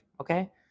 okay